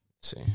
see